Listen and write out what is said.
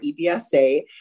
EBSA